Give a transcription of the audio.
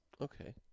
Okay